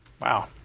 Wow